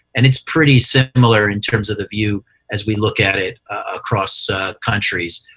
and it's pretty similar in terms of the view as we look at it across countries.